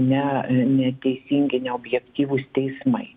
ne neteisingi neobjektyvūs teismai